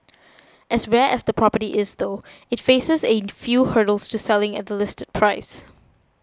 as rare as the property is though it faces a few hurdles to selling at the listed price